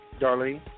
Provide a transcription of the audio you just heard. Darlene